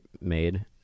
made